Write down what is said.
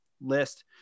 list